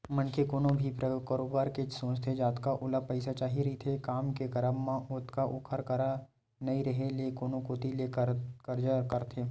मनखे कोनो भी कारोबार करे के सोचथे जतका ओला पइसा चाही रहिथे काम के करब म ओतका ओखर करा नइ रेहे ले कोनो कोती ले करजा करथे